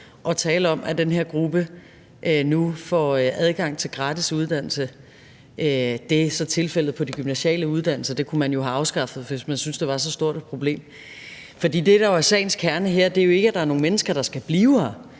forargelse om, at den her gruppe nu får adgang til gratis uddannelse, når det samme er tilfældet på de gymnasiale uddannelser, hvilket man jo så kunne have afskaffet, hvis man syntes, det var så stort et problem. For det, der er sagens kerne her, er jo ikke, at der er nogle mennesker, der skal blive her.